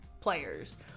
players